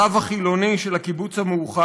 הרב החילוני של הקיבוץ המאוחד,